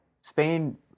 Spain